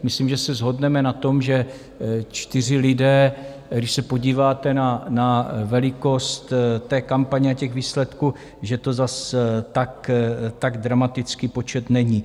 Myslím, že se shodneme na tom, že čtyři lidé, když se podíváte na velikost té kampaně a těch výsledků, že to zase tak dramatický počet není.